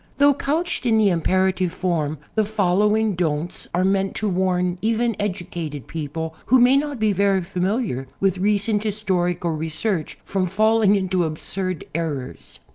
though couched in the im perative form, the following don'ts are meant to warn even educated people, who may not be very familiar with recent historical research, from falling into absurd errors.